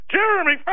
Jeremy